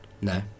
No